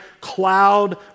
Cloud